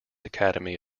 academy